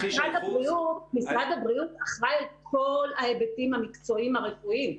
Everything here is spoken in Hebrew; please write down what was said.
משרד הבריאות אחראי על כל ההיבטים המקצועיים הרפואיים.